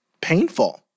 painful